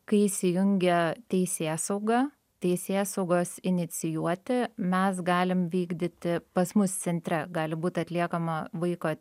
kai įsijungia teisėsauga teisėsaugos inicijuoti mes galim vykdyti pas mus centre gali būt atliekama vaiko